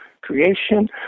creation